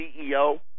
CEO